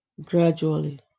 gradually